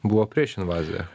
buvo prieš invaziją